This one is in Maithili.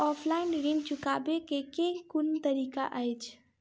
ऑफलाइन ऋण चुकाबै केँ केँ कुन तरीका अछि?